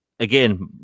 Again